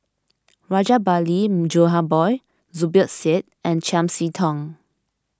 Rajabali Jumabhoy Zubir Said and Chiam See Tong